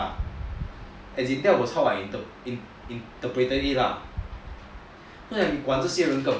as in that was how I interpreted it lah then 我就讲你管这些人干嘛